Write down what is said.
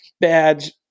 badge